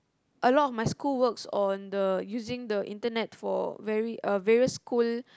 a lot of my school works on the using the internet for very uh various school